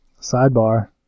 sidebar